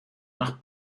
nach